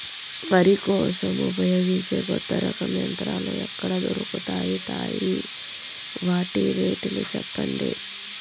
వరి కోసేకి ఉపయోగించే కొత్త రకం యంత్రాలు ఎక్కడ దొరుకుతాయి తాయి? వాటి రేట్లు చెప్పండి?